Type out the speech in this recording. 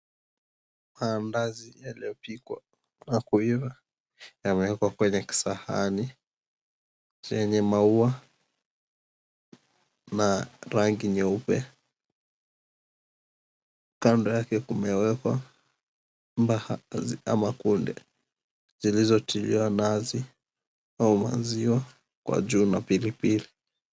Maadazi yaliyopikwa na kuiva yamewekwa kwenye kisahani chenye maua na rangi nyeupe. Kando yake kumewekwa mbaazi ama kunde zilizotiliwa nazi au maziwa kwa juu na pilipili.